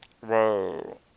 Whoa